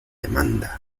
amanda